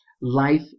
Life